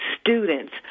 students